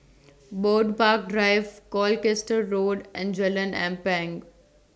Bird Park Drive Colchester Road and Jalan Ampang